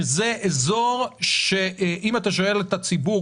שזה אזור שאם אתה שואל את הציבור,